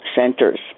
centers